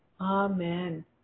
Amen